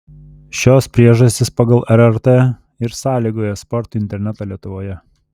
šios priežastys pasak rrt ir sąlygoja spartų internetą lietuvoje